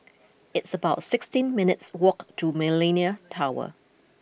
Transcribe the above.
it's about sixteen minutes' walk to Millenia Tower